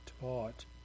taught